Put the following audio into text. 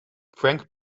frank